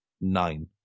Nine